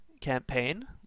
campaign